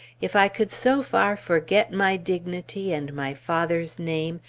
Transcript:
if i could so far forget my dignity, and my father's name,